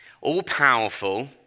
all-powerful